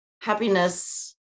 happiness